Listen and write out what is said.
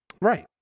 right